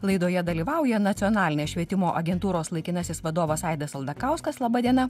laidoje dalyvauja nacionalinės švietimo agentūros laikinasis vadovas aidas aldakauskas laba diena